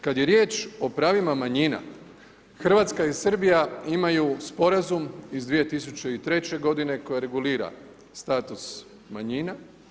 Kada je riječ o pravima manjina, Hrvatska i Srbija imaju sporazum iz 2003. godine koja regulira status manjina.